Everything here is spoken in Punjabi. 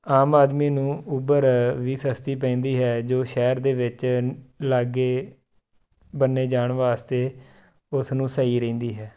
ਆਮ ਆਦਮੀ ਨੂੰ ਉਬਰ ਵੀ ਸਸਤੀ ਪੈਂਦੀ ਹੈ ਜੋ ਸ਼ਹਿਰ ਦੇ ਵਿੱਚ ਲਾਗੇ ਬੰਨੇ ਜਾਣ ਵਾਸਤੇ ਉਸ ਨੂੰ ਸਹੀ ਰਹਿੰਦੀ ਹੈ